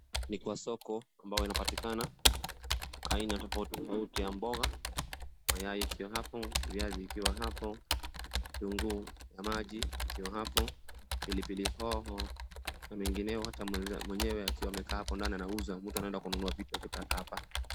Ni kwa soko ambayo inapatikana aina tofauti tofauti ya mboga, mayai ikiwa hapo, viazi ikiwa hapo vitunguu na maji ikiwa hapo pilipili hoho na mengineyo hata muuzaji mwenyewe akiwa hapo anauza mtu anaenda kununua vitu.